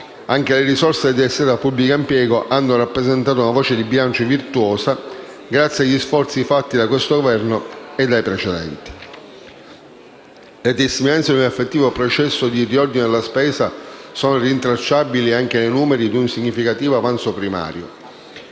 Anche le risorse destinate al pubblico impiego hanno rappresentato una voce di bilancio virtuosa grazie agli sforzi fatti da questo Governo e dai precedenti. Le testimonianze di un effettivo processo di riordino della spesa sono rintracciabili anche nei numeri di un significativo avanzo primario.